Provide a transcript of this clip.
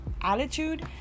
attitude